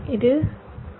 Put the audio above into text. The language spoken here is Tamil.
இது t